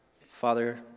Father